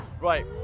Right